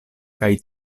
kaj